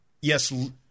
yes